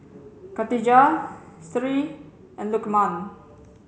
khatijah Sri and Lukman